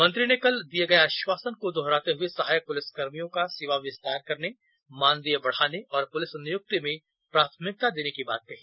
मंत्री ने कल दिये गये आश्वासन को दोहराते हुए सहायक पुलिस कर्मियों का सेवा विस्तार करने मानदेय बढ़ाने और पुलिस नियुक्ति में प्राथमिकता देने की बात कही